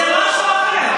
לא, זה משהו אחר.